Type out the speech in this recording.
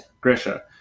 Grisha